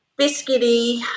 biscuity